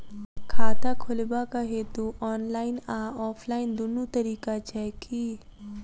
खाता खोलेबाक हेतु ऑनलाइन आ ऑफलाइन दुनू तरीका छै की?